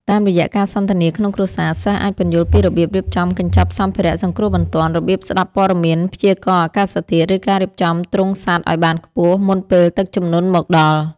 តាមរយៈការសន្ទនាក្នុងគ្រួសារ សិស្សអាចពន្យល់ពីរបៀបរៀបចំកញ្ចប់សម្ភារៈសង្គ្រោះបន្ទាន់ របៀបស្ដាប់ព័ត៌មានព្យាករណ៍អាកាសធាតុ ឬការរៀបចំទ្រុងសត្វឱ្យបានខ្ពស់មុនពេលទឹកជំនន់មកដល់។